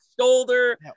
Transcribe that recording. shoulder